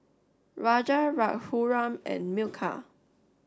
Raja Raghuram and Milkha